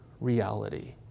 reality